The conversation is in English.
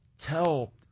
tell